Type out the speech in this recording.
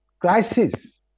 crisis